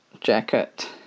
jacket